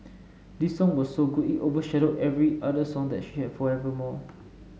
this song was so good it overshadowed every other song that she had forevermore